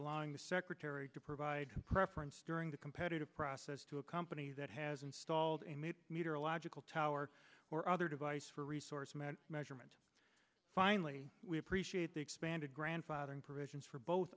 allowing the secretary to provide preference during the competitive process to a company that has installed a mid meterological tower or other device for resource meant measurement finally we appreciate the expanded grandfathering provisions for both